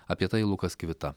apie tai lukas kvita